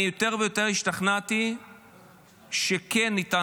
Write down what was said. אני יותר ויותר השתכנעתי שכן ניתן